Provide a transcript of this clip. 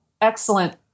excellent